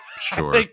sure